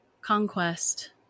conquest